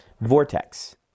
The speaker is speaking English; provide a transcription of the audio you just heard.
Vortex